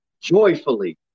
joyfully